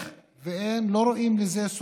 כי זה מתמשך,